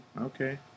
Okay